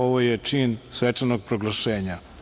Ovo je čin svečanog proglašenja.